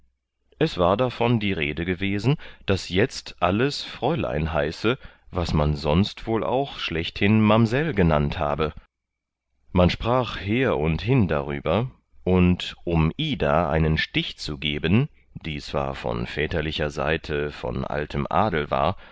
es war davon die rede gewesen daß jetzt alles fräulein heiße was man sonst wohl auch schlechthin mamsell genannt habe man sprach her und hin darüber und um ida einen stich zu geben die zwar von väterlicher seite von altem adel war